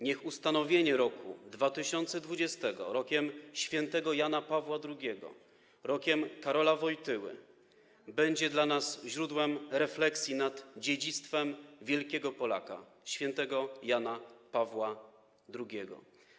Niech ustanowienie roku 2020 rokiem św. Jana Pawła II, rokiem Karola Wojtyły, będzie dla nas źródłem refleksji nad dziedzictwem wielkiego Polaka, św. Jana Pawła II.